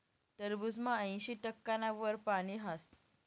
टरबूजमा ऐंशी टक्काना वर पानी हास